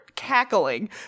cackling